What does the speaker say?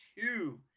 two